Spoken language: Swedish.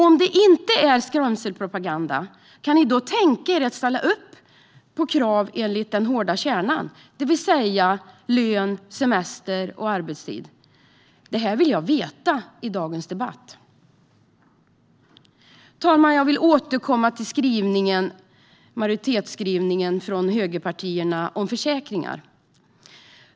Om det inte är skrämselpropaganda, kan ni tänka er att ställa upp på krav enligt den hårda kärnan, det vill säga lön, semester och arbetstid? Det vill jag få veta i dagens debatt. Herr talman! Jag vill återkomma till majoritetsskrivningen från högerpartierna om försäkringar.